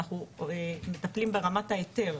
אנחנו מטפלים ברמת ההיתר,